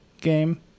game